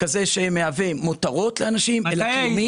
כזה שמהווה מותרות לאנשים, אלא קיומי.